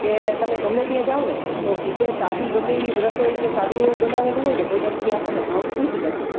કે તમે ગમે ત્યાં જાવને તો બીજા સાદી ગમે એવી રસોઈ કે સાદું એવું બનાવેલું હોય ને ભોજન એ આપણને ભાવતું જ નથી